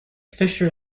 fisher